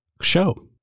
show